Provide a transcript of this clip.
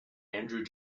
andrew